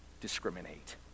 discriminate